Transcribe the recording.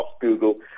Google